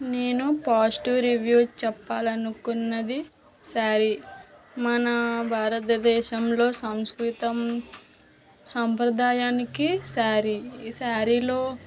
నేను positive review చెప్పాలి అనుకున్నది శారీ మన భారతదేశంలో సంస్కృత సాంప్రదాయానికి శారీ ఈ శారీలో